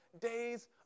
days